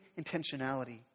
intentionality